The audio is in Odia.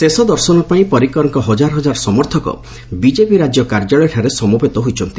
ଶେଷଦର୍ଶନ ପାଇଁ ପରିକରଙ୍କର ହଜାର ହଜାର ସମର୍ଥକ ବିଜେପି ରାଜ୍ୟ କାର୍ଯ୍ୟାଳୟଠାରେ ସମବେତ ହୋଇଛନ୍ତି